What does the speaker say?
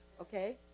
okay